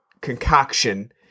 concoction